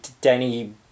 Danny